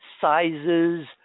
sizes